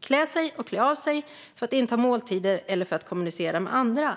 klä sig och klä av sig, för att inta måltider eller för att kommunicera med andra.